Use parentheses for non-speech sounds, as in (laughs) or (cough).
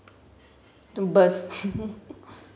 to burst (laughs)